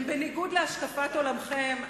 הם בניגוד להשקפת עולמכם.